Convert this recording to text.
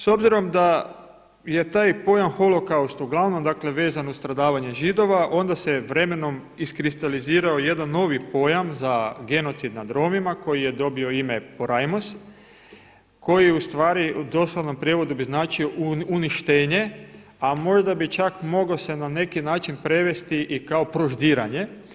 S obzirom da je taj pojam „holokaust“ uglavnom dakle vezan uz stradavanje Židova, onda se vremenom iskristalizirao jedan novi pojam za genocid nad Romima koji je dobio ime „porajmos“ koji ustvari u doslovnom prijevodu bi značio uništenje a možda bi čak mogao se na neki način prevesti i kao proždiranje.